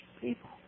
people